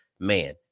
man